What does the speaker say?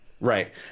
right